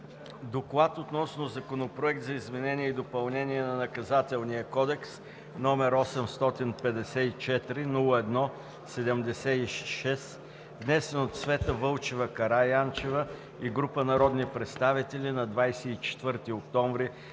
„Доклад относно Законопроект за изменение и допълнение на Наказателния кодекс, № 854-01-76, внесен от Цвета Вълчева Караянчева и група народни представители на 24 октомври